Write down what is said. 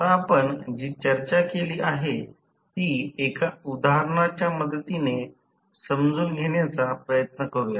आता आपण जी चर्चा केली आहे ती एका उदाहरणाच्या मदतीने ते समजून घेण्याचा प्रयत्न करूया